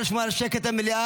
נא לשמור על שקט במליאה.